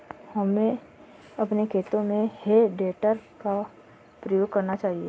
हमें अपने खेतों में हे टेडर का प्रयोग करना चाहिए